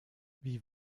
wie